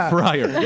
Friar